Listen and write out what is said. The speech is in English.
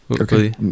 okay